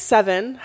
Seven